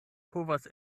povas